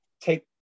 take